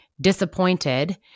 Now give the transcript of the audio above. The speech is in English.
disappointed